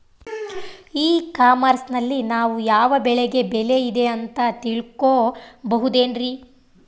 E commerce ನಲ್ಲಿ ನಾವು ಯಾವ ಬೆಳೆಗೆ ಬೆಲೆ ಇದೆ ಅಂತ ತಿಳ್ಕೋ ಬಹುದೇನ್ರಿ?